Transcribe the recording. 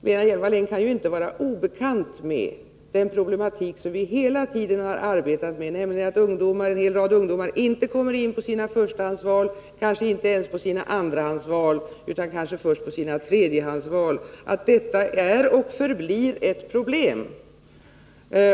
Lena Hjelm-Wallén kan ju inte vara obekant med den problematik som vi hela tiden har arbetat med, nämligen att en hel rad ungdomar inte kommer in på sina förstahandsval, kanske inte ens på sina andrahandsval utan på sina tredjehandsval. Detta är och förblir ett problem.